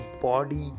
body